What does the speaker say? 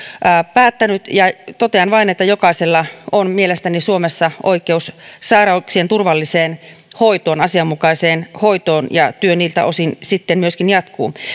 päättänyt totean vain että jokaisella on mielestäni suomessa oikeus sairauksien turvalliseen ja asianmukaiseen hoitoon ja työ niiltä osin sitten myöskin jatkuu